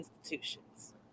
institutions